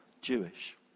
Jewish